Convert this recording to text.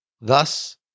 Thus